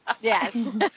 Yes